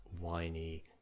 whiny